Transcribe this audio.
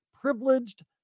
privileged